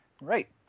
Right